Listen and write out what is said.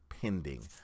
pending